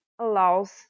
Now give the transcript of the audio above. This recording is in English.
allows